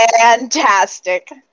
fantastic